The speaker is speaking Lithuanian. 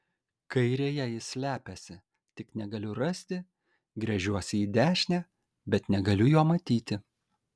kairėje jis slepiasi tik negaliu rasti gręžiuosi į dešinę bet negaliu jo matyti